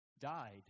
died